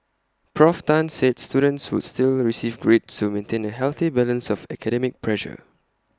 Prof Tan said students would still receive grades to maintain A healthy balance of academic pressure